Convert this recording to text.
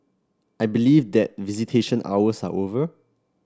I believe that visitation hours are over